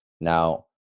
Now